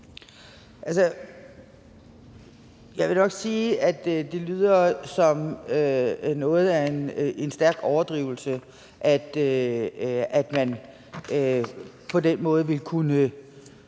jeg vil nok sige, at det lyder som noget af en stærk overdrivelse, at man på den måde vil kunne,